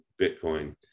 Bitcoin